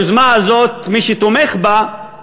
היוזמה הזאת, מי שתומך בה זה